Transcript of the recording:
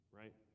right